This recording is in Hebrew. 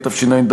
התשע"ד